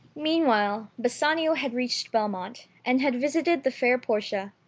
meanwhile bassanio had reached belmont, and had visited the fair portia.